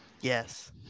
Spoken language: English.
Yes